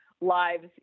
lives